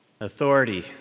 Authority